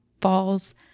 Falls